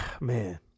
man